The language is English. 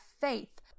faith